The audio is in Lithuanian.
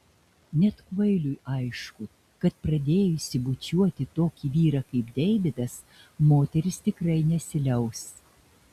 net kvailiui aišku kad pradėjusi bučiuoti tokį vyrą kaip deividas moteris tikrai nesiliaus